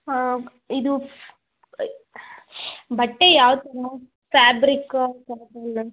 ಹಾಂ ಇದು ಬಟ್ಟೆ ಯಾವ ಥರ ಫ್ಯಾಬ್ರಿಕ್ ಆ ಥರದ್ದೆಲ್ಲ